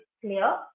clear